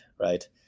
right